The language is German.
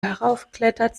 heraufklettert